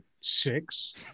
six